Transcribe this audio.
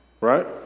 right